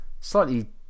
slightly